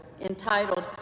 entitled